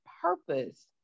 purpose